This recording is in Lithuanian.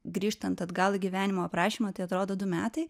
grįžtant atgal į gyvenimo aprašymą tai atrodo du metai